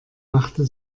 machte